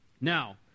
Now